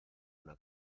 una